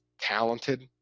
talented